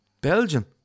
Belgian